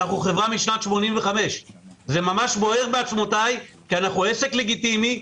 אנחנו חברה משנת 85'. זה בוער בעצמותיי כי אנחנו עסק לגיטימי,